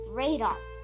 radar